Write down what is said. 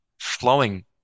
flowing